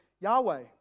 Yahweh